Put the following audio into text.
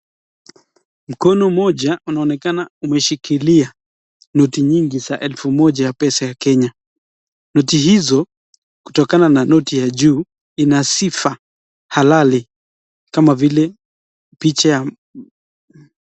Mkono moja unaonekana umeshikilia noti nyingi za elfu moja ya pesa ya Kenya. Noti hizo, kutokana na noti ya juu ina sifa halali kama vile picha ya.